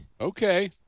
Okay